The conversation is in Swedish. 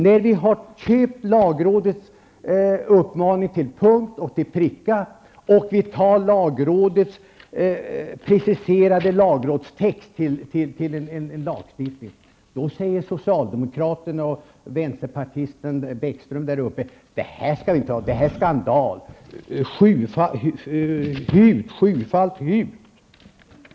När vi har ''köpt'' lagrådets uppmaning till punkt och pricka och vi tar lagrådets preciserade lagrådstext till lagstiftning, då säger socialdemokraterna och vänsterpartisten Bäckström att detta är skandal. Hut, sjufalt hut!